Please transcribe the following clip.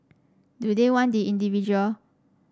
do they want the individual